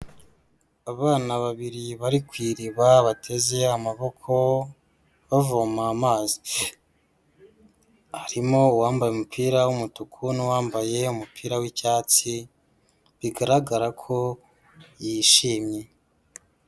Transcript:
Abana babiri bari ku iriba, bateze amaboko, bavoma amazi. Harimo uwambaye umupira w'umutuku n'uwambaye umupira w'icyatsi, bigaragara ko yishimye.